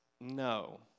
No